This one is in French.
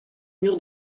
mur